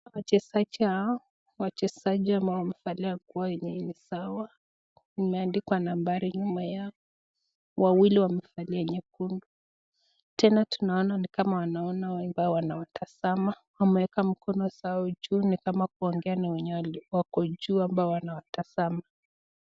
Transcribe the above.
Wachezaji hawa, wachezaji ama wamevalia nguo yenye ni sawa. Kumeandikwa nambari nyuma yake. Wawili wamevalia nyekundu. Tena tunaona ni kama wanaona waimba wanawatazama, wameweka mkono zao juu ni kama kuongea na wenye waliko juu ambao wanawatazama.